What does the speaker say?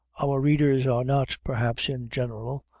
our readers are not, perhaps, in general,